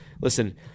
Listen